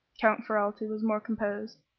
count ferralti was more composed,